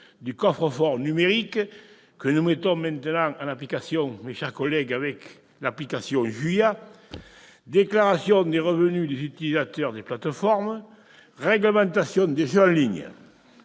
du coffre-fort numérique, que nous mettons désormais en pratique, mes chers collègues, avec l'application JULIA, de la déclaration des revenus des utilisateurs de plateformes, de la réglementation des jeux en ligne